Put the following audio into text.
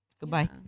Goodbye